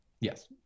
Yes